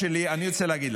אני רוצה להגיד לך,